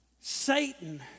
Satan